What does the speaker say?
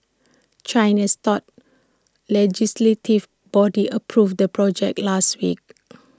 China's top legislative body approved the project last week